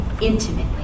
intimately